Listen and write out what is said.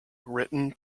written